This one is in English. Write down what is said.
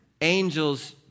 Angels